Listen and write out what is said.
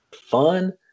fun